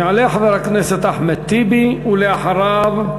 יעלה חבר הכנסת אחמד טיבי, ואחריו,